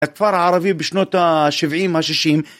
הכפר הערבי בשנות ה...שבעים, השישים,